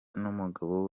n’umugabo